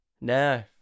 no